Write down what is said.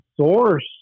source